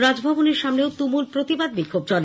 রাজভবনের সামনেও তুমুল প্রতিবাদ বিক্ষোভ চলে